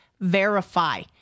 verify